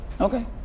Okay